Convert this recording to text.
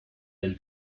del